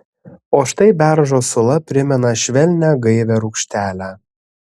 o štai beržo sula primena švelnią gaivią rūgštelę